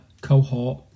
cohort